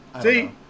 See